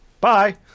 Bye